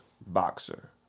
boxer